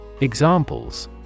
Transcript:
Examples